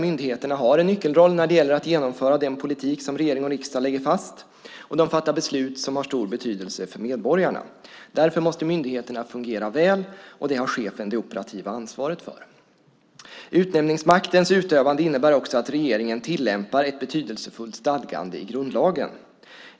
Myndigheterna har en nyckelroll när det gäller att genomföra den politik som regering och riksdag lägger fast, och de fattar beslut som har stor betydelse för medborgarna. Därför måste myndigheterna fungera väl, och det har chefen det operativa ansvaret för. Utnämningsmaktens utövande innebär också att regeringen tillämpar ett betydelsefullt stadgande i grundlagen.